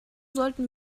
sollten